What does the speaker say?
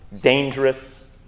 dangerous